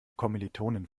kommilitonin